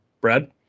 Brad